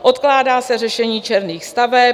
Odkládá se řešení černých staveb.